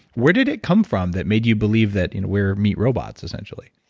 where did it come from that made you believe that we're meat robots essentially?